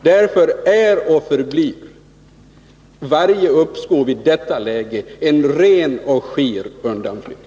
Därför är och förblir varje uppskov i detta läge en ren och skir undanflykt.